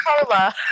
Carla